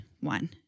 one